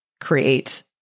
create